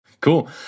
Cool